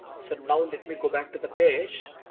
so now let me go back to the page